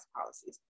policies